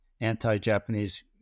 anti-Japanese